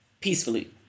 peacefully